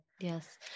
Yes